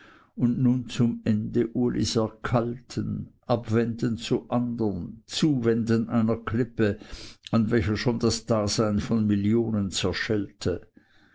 und nun zum ende ulis erkalten abwenden zu andern zuwenden einer klippe an welcher schon das dasein von millionen zerschellte